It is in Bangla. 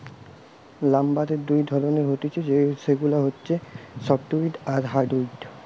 লাম্বারের দুই ধরণের হতিছে সেগুলা হচ্ছে সফ্টউড আর হার্ডউড